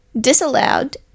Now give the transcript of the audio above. disallowed